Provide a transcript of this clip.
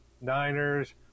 Niners